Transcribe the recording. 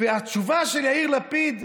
והתשובה של יאיר לפיד,